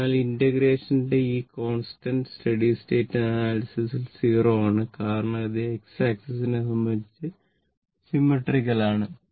അതിനാൽ ഇന്റഗ്രേഷൻ ന്റെ ഈ കോൺസ്റ്റന്റ് സ്റ്റഡി സ്റ്റേറ്റ് അനാലിസിസ് ൽ 0 ആണ് കാരണം ഇത് X ആക്സിസിനെ സംബന്ധിച്ച് സിമെട്രിക്കൽ ആണ്